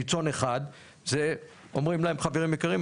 קיצון אחד זה אומרים להם: חברים יקרים,